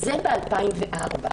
זה ב-2004.